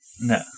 No